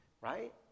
right